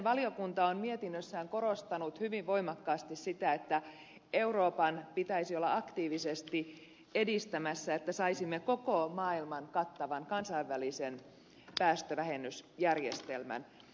valiokunta on mietinnössään korostanut hyvin voimakkaasti sitä että euroopan pitäisi olla aktiivisesti edistämässä että saisimme koko maailman kattavan kansainvälisen päästövähennysjärjestelmän